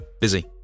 Busy